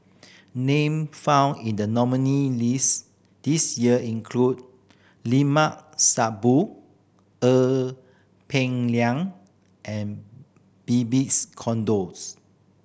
name found in the nominee list this year include Limat Sabtu Ee Peng Liang and Babes Conde